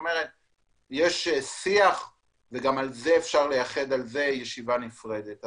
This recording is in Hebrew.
יש שיח ואפשר גם על זה לייחד ישיבה נפרדת.